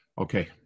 Okay